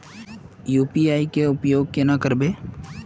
UPI के उपयोग केना करबे?